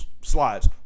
slides